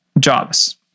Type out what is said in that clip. Jobs